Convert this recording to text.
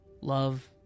love